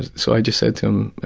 so i just said to him,